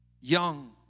Young